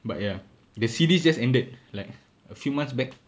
but ya the series just ended like a few months back